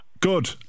good